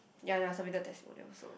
ya submit the testimonial also